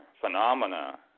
phenomena